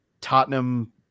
Tottenham